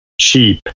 cheap